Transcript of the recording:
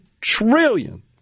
trillion